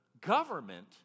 government